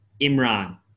Imran